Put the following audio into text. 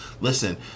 Listen